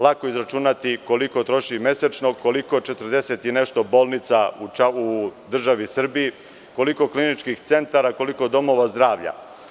Lako je izračunati koliko troši mesečno, koliko 40 i nešto bolnica u državi Srbiji, koliko kliničkih centara, koliko domova zdravlja.